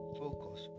focus